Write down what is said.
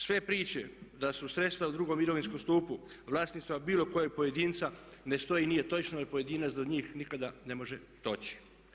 Sve priče da su sredstva u drugom mirovinskom stupu vlasništvo bilo kojeg pojedinca ne stoje i nije točno jer pojedinac do njih nikada ne može doći.